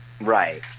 Right